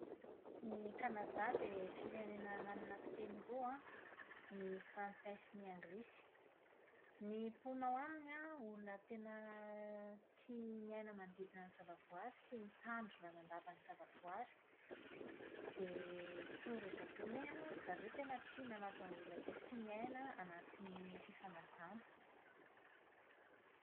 I Kanada dia firenena manana fiteny roa, ny frantsay sy ny anglisy. Ny mponina ao aminy an, olona tena tia miaina manodidina ny zavaboary sy mitandro lalandava ny zavaboary. Dia toy ireo Japoney, ry zareo tena tia manaja olona be sy miaina anatin'ny fifanajana.